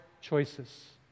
choices